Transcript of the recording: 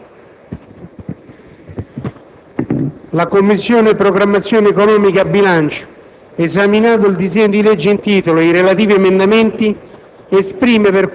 «La Commissione programmazione economica, bilancio,